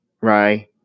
right